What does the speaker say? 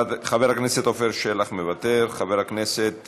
חבר הכנסת עפר שלח, מוותר, חבר הכנסת